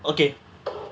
okay